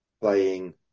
playing